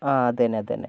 ആ അതന്നെ അതന്നെ